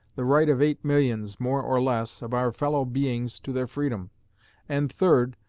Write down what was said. the right of eight millions, more or less, of our fellow-beings to their freedom and, third,